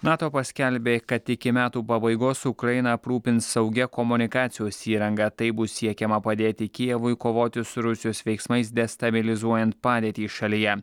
nato paskelbė kad iki metų pabaigos ukrainą aprūpins saugia komunikacijos įranga taip bus siekiama padėti kijevui kovoti su rusijos veiksmais destabilizuojant padėtį šalyje